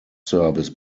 service